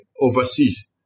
overseas